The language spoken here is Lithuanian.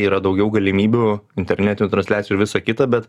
yra daugiau galimybių internetinių transliacijų visa kita bet